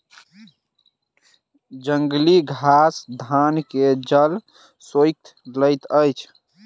जंगली घास धान के जल सोइख लैत अछि